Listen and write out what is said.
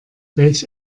welch